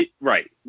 Right